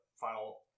final